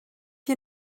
you